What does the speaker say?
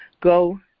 go